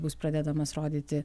bus pradedamas rodyti